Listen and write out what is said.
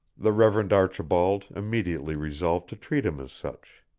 the reverend archibald immediately resolved to treat him as such.